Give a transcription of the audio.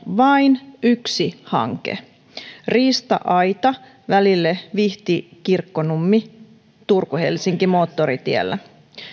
vain yksi hanke riista aita välille vihti kirkkonummi turku helsinki moottoritiellä